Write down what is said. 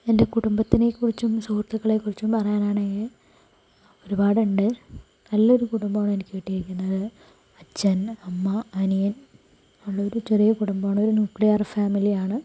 എൻറെ കുടുംബത്തിനെകുറിച്ചും സുഹൃത്തുക്കളെ കുറിച്ചും പറയാനാണെങ്കില് ഒരുപാടുണ്ട് നല്ല ഒരു കുടുംബമാണ് എനിക്ക് കിട്ടിയിരിക്കുന്നത് അച്ഛൻ അമ്മ അനിയൻ ഉള്ളൊരു ചെറിയ കുടുംബാണ് ഒരു ന്യൂക്ലിയർ ഫാമിലിയാണ്